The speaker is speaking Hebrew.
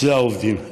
אלו העובדים.